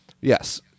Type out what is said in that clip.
Yes